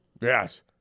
yes